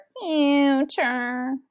Future